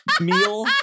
meal